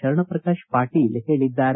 ಶರಣಪ್ರಕಾಶ ಪಾಟೀಲ ಹೇಳಿದ್ದಾರೆ